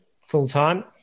Full-time